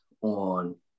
on